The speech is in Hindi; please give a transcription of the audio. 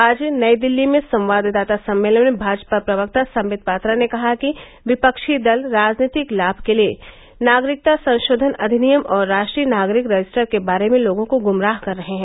आज नई दिल्ली में संवाददाता सम्मेलन में भाजपा प्रवक्ता संबित पात्रा ने कहा कि विपक्षी दल राजनीतिक लाभ के लिए नागरिकता संशोधन अधिनियम और राष्ट्रीय नागरिक रजिस्टर के बारे में लोगों को गुमराह कर रहे हैं